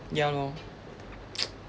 ya lor